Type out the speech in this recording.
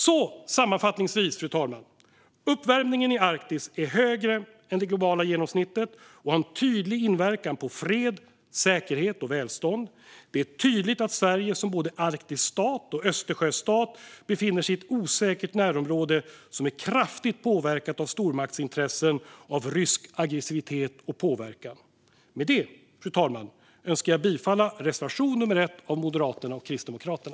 Sammanfattningsvis, fru talman: Uppvärmningen i Arktis är högre än det globala genomsnittet och har en tydlig inverkan på fred, säkerhet och välstånd. Det är tydligt att Sverige som både arktisk stat och Östersjöstat befinner sig i ett osäkert närområde som är kraftigt påverkat av stormaktsintressen och av rysk aggressivitet och påverkan. Med detta, fru talman, önskar jag yrka bifall till reservation 1 av Moderaterna och Kristdemokraterna.